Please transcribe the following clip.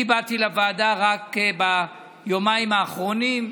אני באתי לוועדה רק ביומיים האחרונים,